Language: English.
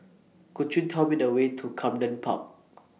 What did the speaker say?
Could YOU Tell Me The Way to Camden Park